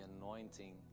anointing